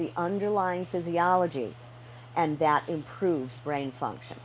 the underlying physiology and that improves brain function